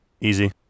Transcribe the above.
easy